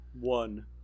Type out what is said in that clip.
one